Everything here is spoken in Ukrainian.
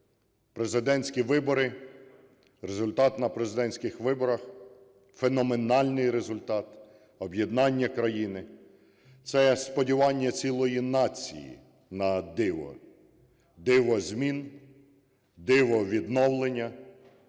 Президентські вибори, результат на президентських виборах- феноменальний результат об'єднання країни, це сподівання цілої нації на диво: диво змін, диво відновлення,